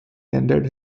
ended